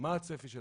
מה יהיה הצפי שלך?